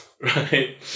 right